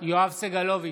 סגלוביץ'